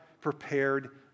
prepared